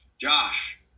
Josh